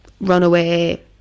Runaway